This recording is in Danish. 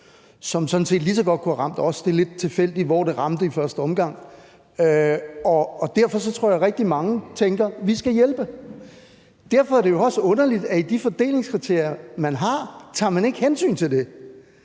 som sådan set lige så godt kunne have ramt os. Det er lidt tilfældigt, hvor det ramte i første omgang. Derfor tror jeg, at rigtig mange tænker, at vi skal hjælpe. Derfor er det jo også underligt, at i de fordelingskriterier, man har, tager man ikke hensyn til det.